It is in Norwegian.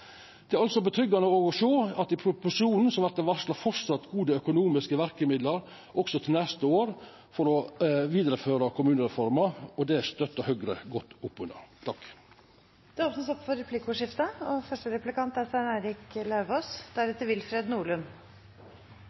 Det er altså tilfredsstillande å sjå at i proposisjonen vart det varsla vedvarande gode økonomiske verkemiddel også til neste år for å vidareføra kommunereforma, og det støtter Høgre godt opp under. Det blir replikkordskifte. Regjeringen har prioritert kommuneøkonomien, sier Trellevik, og